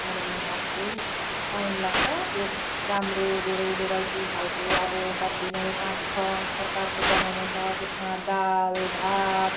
बनाउनसक्छु time लाग्छ एक राम्रो धेरै भेराइटी खालको अब सब्जी नै पाँच छ प्रकारको बनाउनु छ त्यसमा दाल भात